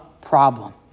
problem